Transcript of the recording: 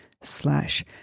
slash